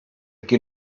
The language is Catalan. qui